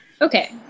Okay